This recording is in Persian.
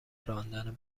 راندن